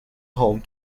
home